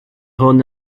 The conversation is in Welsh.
hwn